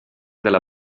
della